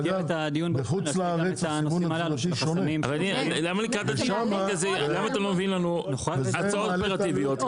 --- בחוץ לארץ --- למה אתם לא מציגים הצעות אופרטיביות.